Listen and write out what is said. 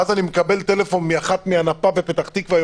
ואז אני מקבל טלפון מאחת מהנפה בפתח תקווה,